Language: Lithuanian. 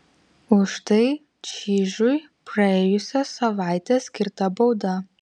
už tai čyžiui praėjusią savaitę skirta bauda